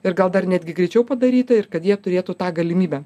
ir gal dar netgi greičiau padaryta ir kad jie turėtų tą galimybę